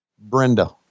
Brenda